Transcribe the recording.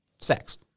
Sex